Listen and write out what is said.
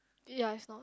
ya is not